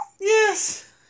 Yes